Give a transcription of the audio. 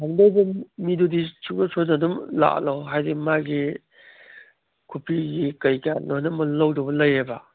ꯍꯥꯡꯗꯧꯕ ꯃꯤꯗꯨꯗꯤ ꯁꯨꯡꯁꯣꯏ ꯁꯣꯏꯗꯅ ꯑꯗꯨꯝ ꯂꯥꯛꯍꯜꯂꯣ ꯍꯥꯏꯗꯤ ꯃꯥꯒꯤ ꯈꯨꯕꯤꯒꯤ ꯀꯩꯀꯥ ꯂꯣꯏꯅꯃꯛ ꯂꯧꯗꯧꯕ ꯂꯩꯌꯦꯕ